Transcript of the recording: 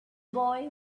boy